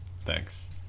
thanks